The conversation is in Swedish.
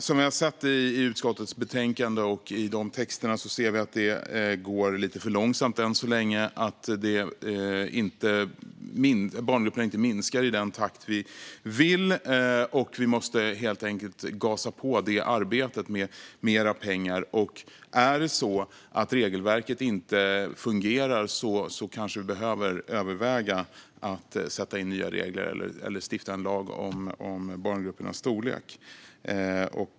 Som vi har sett i utskottets betänkande och i texterna som har med det att göra har det än så länge gått lite för långsamt. Barngrupperna minskar inte i den takt vi vill, och vi måste helt enkelt gasa på detta arbete med mera pengar. Om det är så att regelverket inte fungerar kanske vi behöver överväga att sätta in nya regler eller stifta en lag om barngruppernas storlek.